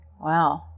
Wow